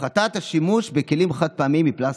הפחתת השימוש בכלים חד-פעמיים מפלסטיק,